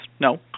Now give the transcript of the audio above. No